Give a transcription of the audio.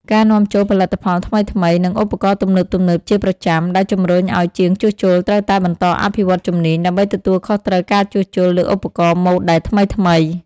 ការនាំចូលផលិតផលថ្មីៗ និងឧបករណ៍ទំនើបៗជាប្រចាំ ដែលជម្រុញអោយជាងជួសជុលត្រូវតែបន្តអភិវឌ្ឍជំនាញ ដើម្បីទទួលខុសត្រូវការជួសជុលលើឧបករណ៍ម៉ូតដែលថ្មីៗ។